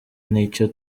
n’icyo